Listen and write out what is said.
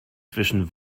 zwischen